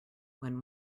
when